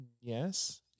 Yes